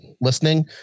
listening